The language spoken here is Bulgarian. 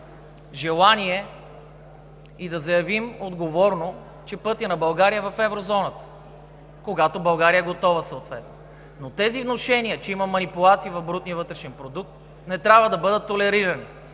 желание и да заявим отговорно, че пътят на България е в Еврозоната, когато България съответно е готова, но тези внушения, че има манипулации в брутния вътрешен продукт, не трябва да бъдат толерирани.